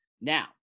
Now